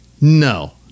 No